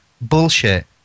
Bullshit